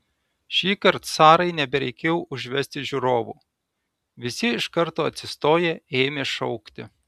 šįkart sarai nebereikėjo užvesti žiūrovų visi iš karto atsistoję ėmė šaukti